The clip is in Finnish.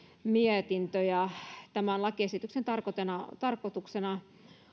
mietintö ja tämän lakiesityksen tarkoituksena